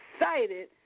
excited